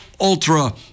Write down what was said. ultra